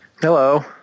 Hello